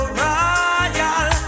royal